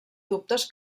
dubtes